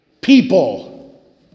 people